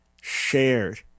shared